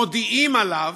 מודיעים עליו,